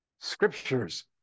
scriptures